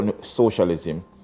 socialism